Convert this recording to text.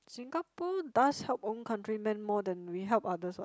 Singapore does help own countryman more than we help others what